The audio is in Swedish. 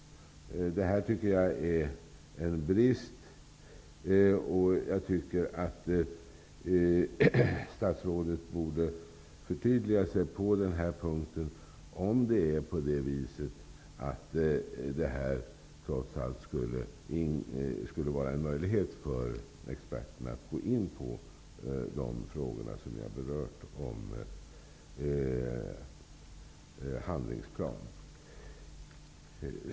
Det tycker jag är en brist. Jag tycker att statsrådet borde förtydliga sig på den punkten, om det trots allt skulle vara möjligt för experterna att gå in på de frågor om handlingsplan som jag har berört.